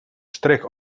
czterech